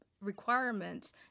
requirements